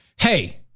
Hey